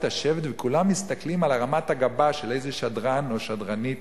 השבט וכולם מסתכלים על הרמת הגבה של איזה שדרן או שדרנית